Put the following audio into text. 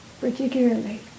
particularly